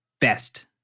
best